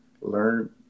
learn